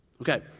Okay